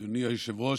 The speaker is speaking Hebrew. אדוני היושב-ראש,